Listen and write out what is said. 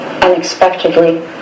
unexpectedly